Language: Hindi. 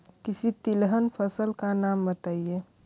किसी तिलहन फसल का नाम बताओ